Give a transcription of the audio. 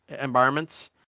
environments